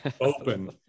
open